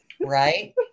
Right